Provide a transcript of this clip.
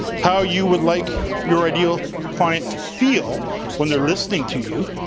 how you would like your ideal client to feel when they're listening to you